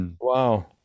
wow